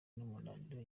n’umunaniro